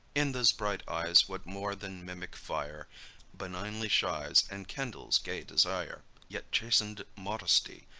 in those bright eyes what more than mimic fire benignly shines, and kindles gay desire! yet chasten'd modesty,